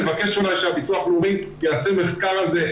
לבקש אולי שביטוח לאומי יעשה מחקר על זה,